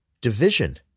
division